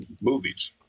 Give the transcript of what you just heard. movies